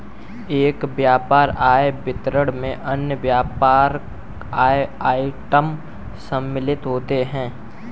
एक व्यापक आय विवरण में अन्य व्यापक आय आइटम शामिल होते हैं